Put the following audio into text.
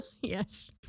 Yes